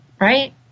right